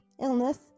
illness